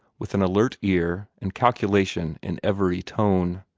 with an alert ear, and calculation in every tone.